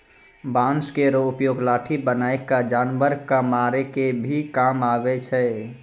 बांस केरो उपयोग लाठी बनाय क जानवर कॅ मारै के भी काम आवै छै